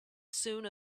soon